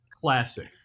classic